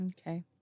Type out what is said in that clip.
Okay